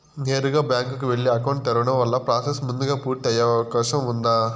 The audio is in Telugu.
నేరుగా బ్యాంకు కు వెళ్లి అకౌంట్ తెరవడం వల్ల ప్రాసెస్ ముందుగా పూర్తి అయ్యే అవకాశం ఉందా?